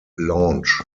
launch